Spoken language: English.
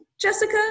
Jessica